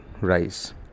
rise